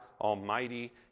Almighty